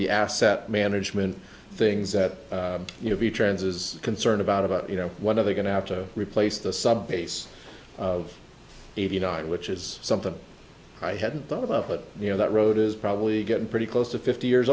the asset management things that you know the trans is concerned about about you know one of the going to have to replace the subways of eighty nine which is something i hadn't thought about but you know that road is probably getting pretty close to fifty years